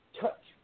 touch